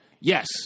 Yes